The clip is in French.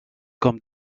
comme